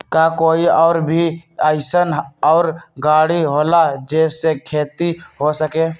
का कोई और भी अइसन और गाड़ी होला जे से खेती हो सके?